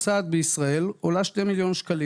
238,000 שקלים